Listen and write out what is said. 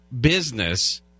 business